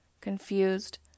confused